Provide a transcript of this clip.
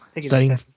studying